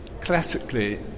classically